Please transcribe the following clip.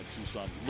Tucson